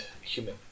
human